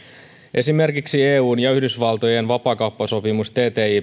esimerkiksi eun ja yhdysvaltojen vapaakauppasopimus